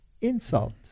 insult